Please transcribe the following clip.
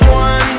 one